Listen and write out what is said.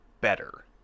better